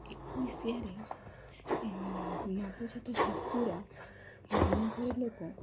ଏକୋଇଶିଆରେ ନବଜାତ ଶିଶୁର ମାମୁଁଘର ଲୋକ